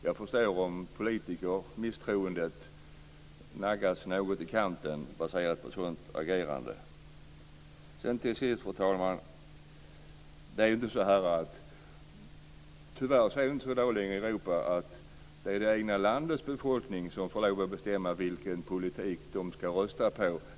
Jag förstår om förtroendet för politiker naggas något i kanten, baserat på ett sådant agerande. Fru talman! I Europa är det tyvärr inte längre det egna landets befolkning som får lov att bestämma vilken politik den ska rösta på.